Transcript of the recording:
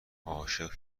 عاشق